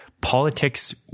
politics